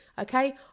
Okay